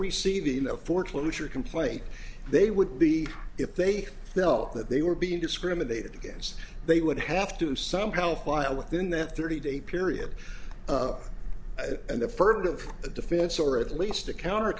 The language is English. know foreclosure complaint they would be if they felt that they were being discriminated against they would have to somehow file within that thirty day period and affirmative defense or at least a counter